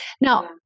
Now